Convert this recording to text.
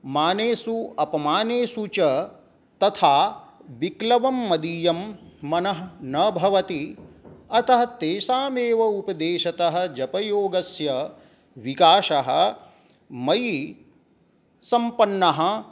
मानेषु अपमानेषु च तथा विक्लवं मदीयं मनः न भवति अतः तेषामेव उपदेशतः जपयोगस्य विकासः मयि सम्पन्नः